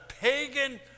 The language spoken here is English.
pagan